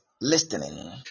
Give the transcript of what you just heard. listening